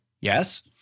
Yes